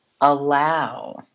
allow